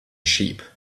sheep